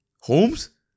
Holmes